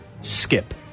skip